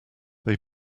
they